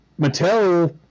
Mattel